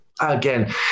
again